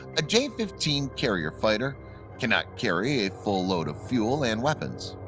a j fifteen carrier fighter cannot carry a full load of fuel and weapons.